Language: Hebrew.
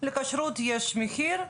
לכשרות יש מחיר,